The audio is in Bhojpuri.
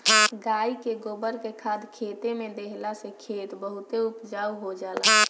गाई के गोबर के खाद खेते में देहला से खेत बहुते उपजाऊ हो जाला